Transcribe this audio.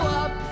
up